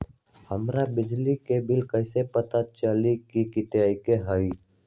हमर बिजली के बिल कैसे पता चलतै की कतेइक के होई?